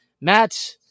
Matt